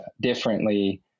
differently